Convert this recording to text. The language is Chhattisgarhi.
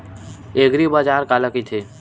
एग्रीबाजार काला कइथे?